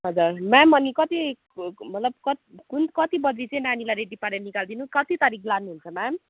हजुर म्याम अनि कति मतलब कति कुन कति बजी चाहिँ नानीलाई रेडी पारेर निकालिदिनु कति तारिक लानुहुन्छ म्याम